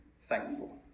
thankful